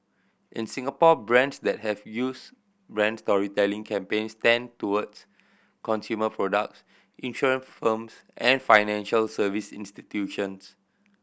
in Singapore brands that have used brand storytelling campaigns tend towards consumer products insurance firms and financial service institutions